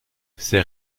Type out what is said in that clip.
ces